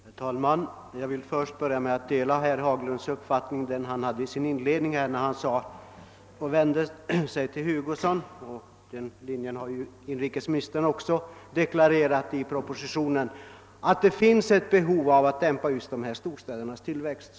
Herr talman! Jag vill först framhålla att jag delar den uppfattning herr Haglund gav till känna i sin inledning, då han vände sig till herr Hugosson, och som även inrikesministern deklarerat i propositionen, nämligen att det finns behov att att dämpa storstädernas tillväxt.